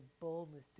boldness